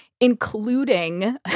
including